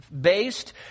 based